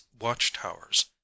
watchtowers